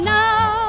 now